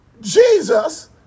Jesus